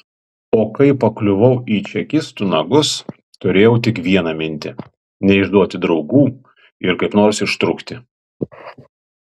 o kai pakliuvau į čekistų nagus turėjau tik vieną mintį neišduoti draugų ir kaip nors ištrūkti